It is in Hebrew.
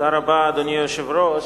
אדוני היושב-ראש,